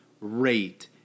rate